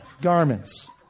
Garments